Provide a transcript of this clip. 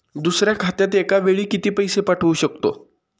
दुसऱ्या खात्यात एका वेळी किती पैसे पाठवू शकतो?